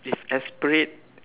it's aspirate